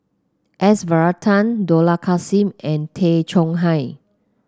S Varathan Dollah Kassim and Tay Chong Hai